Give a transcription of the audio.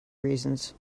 reasons